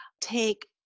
take